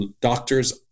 doctors